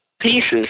pieces